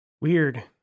Weird